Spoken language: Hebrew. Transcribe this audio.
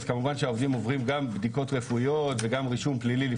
אז כמובן שהעובדים עוברים גם בדיקות רפואיות וגם רישום פלילי,